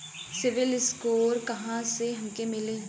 CIBIL score कहाँसे हमके मिली?